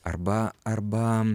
arba arba